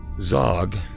Zog